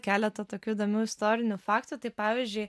keletą tokių įdomių istorinių faktų tai pavyzdžiui